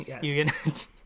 yes